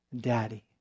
Daddy